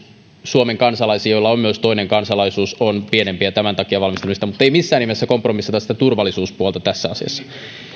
suomen kansalaisiin joilla on myös toinen kansalaisuus on pienempi ja tämän takia valmistelemme sitä mutta ei missään nimessä kompromissata sitä turvallisuuspuolta tässä asiassa